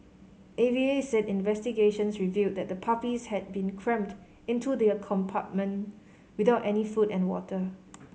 A V A said investigations revealed that the puppies had been crammed into the a compartment without any food or water